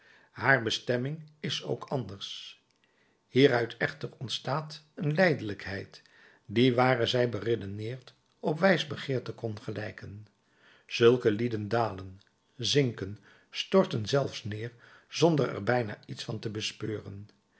haar bestemming is ook anders hieruit echter ontstaat een lijdelijkheid die ware zij beredeneerd op wijsbegeerte kon gelijken zulke lieden dalen zinken storten zelfs neêr zonder er bijna iets van te bespeuren